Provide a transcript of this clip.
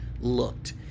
looked